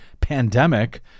pandemic